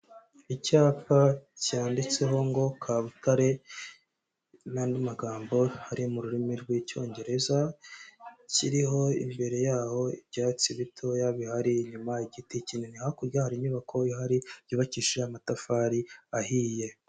Icyapa cyanditseho ngo Kabutare n'andi magambo ari mu rurimi rw'Icyongereza, kiriho imbere yaho ibyatsi bitoya bihari inyuma igiti kinini, hakurya hari inyubako ihari yubakishije amatafari ahiye.